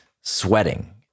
sweating